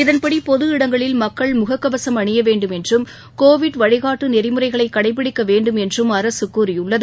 இதன்படி பொது இடங்களில் மக்கள் முகக்கவசம் அணியவேண்டும் என்றும் கோவிட் வழிகாட்டு நெறிமுறைகளை கடைபிடிக்கவேண்டும் என்றும் அரசு கூறியுள்ளது